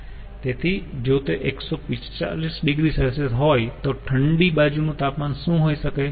તેથી જો તે 145 ડિગ્રી હોય તો ઠંડી બાજુ નું તાપમાન શું હોઈ શકે